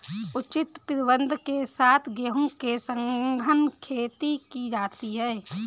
उचित प्रबंधन के साथ गेहूं की सघन खेती की जाती है